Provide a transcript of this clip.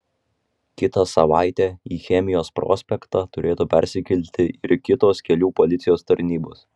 kitą savaitę į chemijos prospektą turėtų persikelti ir kitos kelių policijos tarnybos